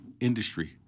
industry